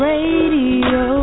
Radio